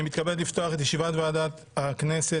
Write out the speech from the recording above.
אני מתכבד לפתוח את ישיבת ועדת הכנסת,